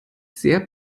sehr